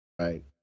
Right